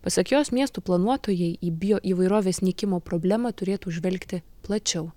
pasak jos miestų planuotojai į bioįvairovės nykimo problemą turėtų žvelgti plačiau